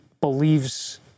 believes